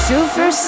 Super